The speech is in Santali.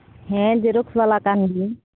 ᱦᱮᱸ ᱡᱮᱨᱚᱠᱥ ᱵᱟᱞᱟ ᱠᱟᱱ ᱜᱤᱭᱟᱹᱧ